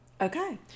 Okay